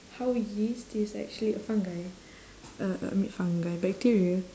how yeast is actually a fungi uh I mean fungi bacteria